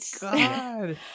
God